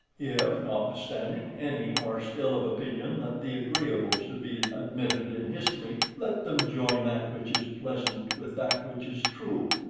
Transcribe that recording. if notwithstanding any are still of opinion, that the agreeable should be admitted in history, let them join that which is pleasant with that which is true,